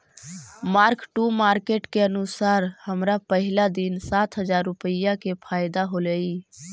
mark to market के अनुसार हमरा पहिला दिन सात हजार रुपईया के फयदा होयलई